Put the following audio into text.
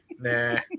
Nah